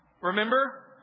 Remember